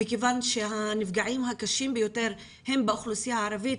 מכיוון שהנפגעים הקשים ביותר הם באוכלוסייה הערבית,